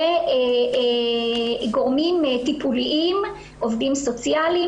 לגורמים טיפוליים, עובדים סוציאליים